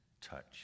touch